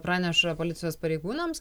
praneša policijos pareigūnams